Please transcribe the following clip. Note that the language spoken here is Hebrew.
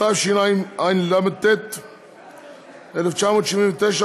התשל"ט 1979,